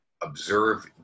Observe